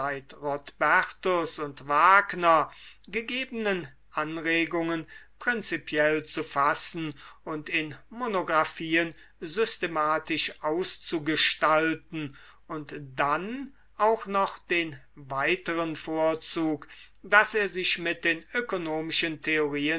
und wagner gegebenen anregungen prinzipiell zu fassen und in monographien systematisch auszugestalten und dann auch noch den weiteren vorzug daß er sich mit den ökonomischen theorien